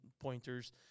pointers